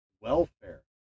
welfare